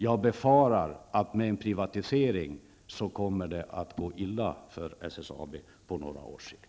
Jag befarar att med en privatisering kommer det att gå illa för SSAB på några års sikt.